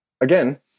again